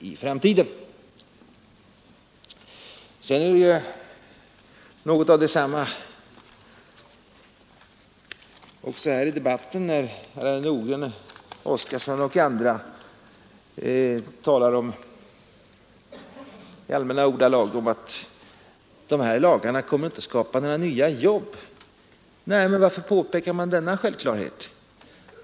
Ungefär samma syften ligger bakom när herr Nordgren, herr Oskarson i Halmstad och andra här i debatten talar om att dessa lagar inte kommer att skapa några nya jobb. Nej, men varför påpekar man denna självklarhet?